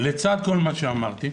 לצד כל מה שאמרתי,